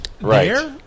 Right